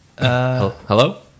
Hello